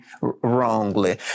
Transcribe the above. wrongly